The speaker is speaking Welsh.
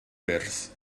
wyrdd